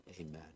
Amen